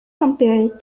compared